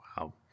Wow